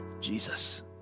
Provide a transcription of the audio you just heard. Jesus